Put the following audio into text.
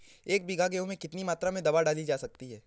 एक बीघा गेहूँ में कितनी मात्रा में दवा डाली जा सकती है?